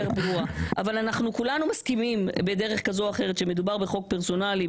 כולנו מסכימים בדרך כזו או אחרת שמדובר בחוק פרסונלי,